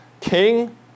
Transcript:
king